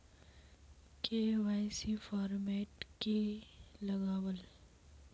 KYC format की लगावल?